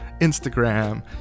Instagram